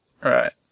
Right